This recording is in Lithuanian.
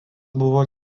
buvo